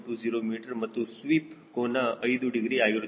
220 metre ಮತ್ತು sweep ಕೋನ 5 degree ಆಗಿರುತ್ತದೆ